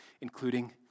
including